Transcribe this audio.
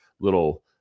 little